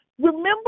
Remember